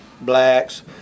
blacks